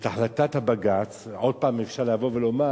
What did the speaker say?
את החלטת הבג"ץ עוד פעם, אפשר לבוא ולומר: